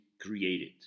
created